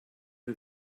who